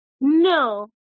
No